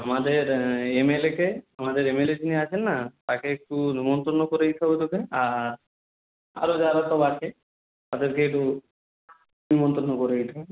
আমাদের M L একে আমাদের এমএলএ যিনি আছেন না তাকে একটু নিমন্তন্ন করে দিতে হবে তোকে আর আরও যারা সব আছে তাদেরকে একটু নিমন্তন্ন করে দিতে হবে